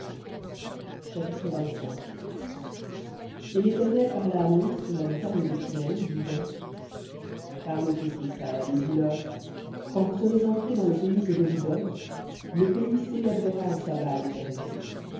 chapitre et l'éternel parla à moïse sur la montagne de sinaï disant parle aux fils d'israël et dis-leur quand vous serez entrés dans le pays que je vous donne le pays célébrera un sabbat à l'éternel